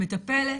מטפלת